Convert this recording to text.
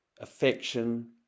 affection